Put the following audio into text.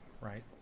right